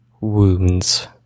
wounds